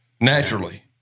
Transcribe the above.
naturally